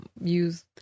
use